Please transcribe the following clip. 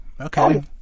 Okay